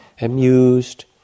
amused